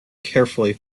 carefully